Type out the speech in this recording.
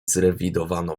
zrewidowano